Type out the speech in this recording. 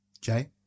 Jay